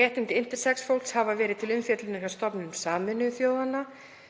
Réttindi intersex fólks hafa verið til umfjöllunar hjá stofnunum Sameinuðu þjóðanna.